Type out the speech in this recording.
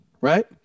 Right